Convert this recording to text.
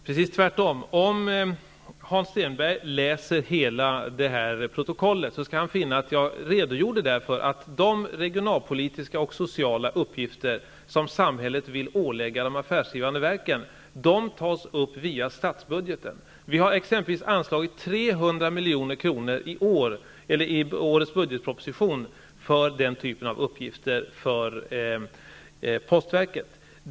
Fru talman! Det är precis tvärtom. Om Hans Stenberg läser hela protokollet, finner han att jag redogjorde för att de regionalpolitiska och sociala uppgifter som samhället vill ålägga de affärsdrivande verken tas upp i statsbudgeten. Det har exempelvis anslagits 300 milj.kr. i årets budgetproposition för den typen av uppgifter inom postverket.